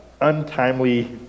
untimely